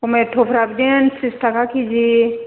टमेट'फ्रा बिदिनो ट्रिस थाखा किजि